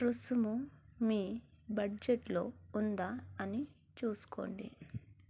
రుసుము మీ బడ్జెట్లో ఉందా అని చూసుకోండి